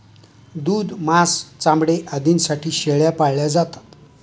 दूध, मांस, चामडे आदींसाठी शेळ्या पाळल्या जातात